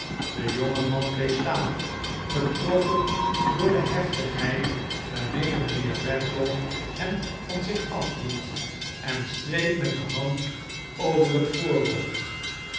de jonge man bleef staan getroffen door de heftigheid waarmede mijnheer redlaw hem van zich afhield en streek met de hand over het voorhoofd